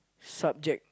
subject